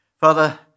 Father